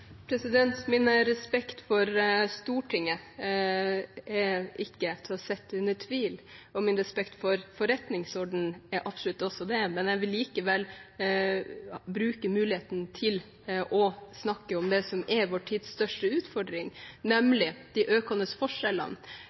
Min respekt for Stortinget kan ikke trekkes i tvil, og absolutt ikke min respekt for forretningsordenen, men jeg vil allikevel bruke muligheten til å snakke om det som er vår tids største utfordring, nemlig de økende forskjellene,